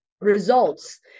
results